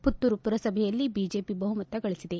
ಪುತ್ತೂರು ಪುರಸಭೆಯಲ್ಲಿ ಬಿಜೆಪಿ ಬಹುಮತ ಗಳಿಸಿದೆ